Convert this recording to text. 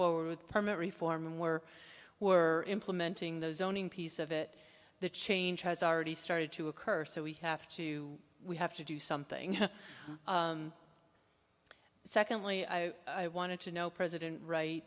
forward with permit reform were were implementing those zoning piece of it the change has already started to occur so we have to we have to do something secondly i wanted to know president right